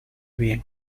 bien